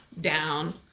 down